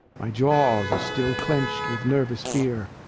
my jaws are still clenched with nervous fear.